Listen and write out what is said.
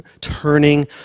turning